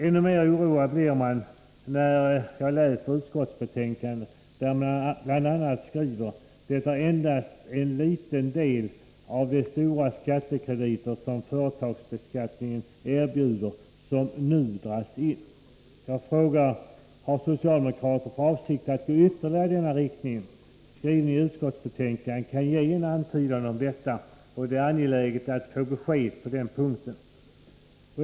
Ännu mera oroad blir jag när jag läser utskottsbetänkandet, där man bl.a. skriver att ”det endast är en liten del av de stora skattekrediter som företagsbeskattningen erbjuder som nu dras in”. Jag frågar: Har socialdemokraterna för avsikt att gå ytterligare i den riktningen? Skrivningen i utskottsbetänkandet kan ge en antydan om detta, och det är angeläget att få ett besked på den punkten.